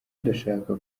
ndashaka